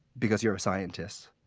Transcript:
because you're a scientist,